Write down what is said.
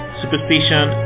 superstition